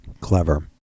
clever